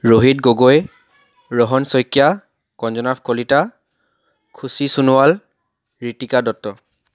Rohit Gogoi Rahan Saikia Kanjanabh Kalita Khushi Sonowal Ritika Dutta